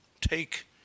take